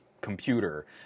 computer